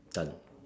done